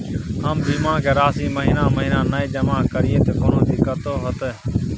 हम बीमा के राशि महीना महीना नय जमा करिए त कोनो दिक्कतों होतय?